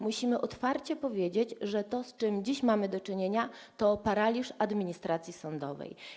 Musimy otwarcie powiedzieć, że to, z czym dziś mamy do czynienia, jest paraliżem administracji sądowej.